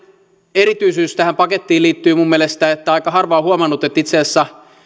erityisyys tähän pakettiin liittyy minun mielestäni aika harva on huomannut että itse asiassa